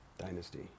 Dynasty